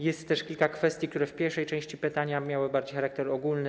Jest też kilka kwestii, które w pierwszej części pytania miały charakter bardziej ogólny.